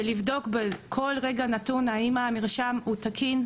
ולבדוק בכל רגע נתון האם המרשם הוא תקין,